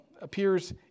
appears